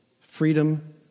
Freedom